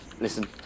Listen